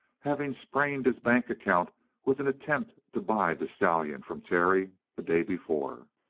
having sprained his bank account with an attempt to buy the stallion from terry the day before.